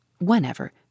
whenever